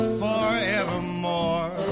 forevermore